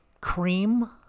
cream